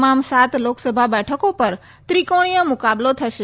તમામ સાત લોકસભા બેઠકો પ ત્રિકોણીયો મુકાબલો થશે